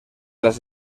las